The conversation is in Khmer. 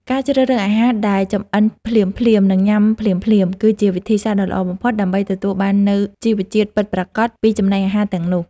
ការជ្រើសរើសអាហារដែលចម្អិនភ្លាមៗនិងញ៉ាំភ្លាមៗគឺជាវិធីសាស្ត្រដ៏ល្អបំផុតដើម្បីទទួលបាននូវជីវជាតិពិតប្រាកដពីចំណីអាហារទាំងនោះ។